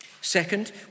Second